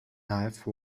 live